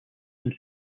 and